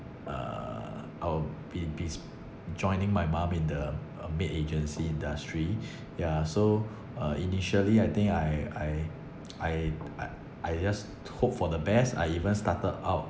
uh I'll be in bus~ joining my mum in the uh maid agency industry yeah so uh initially I think I I I I I just hope for the best I even started out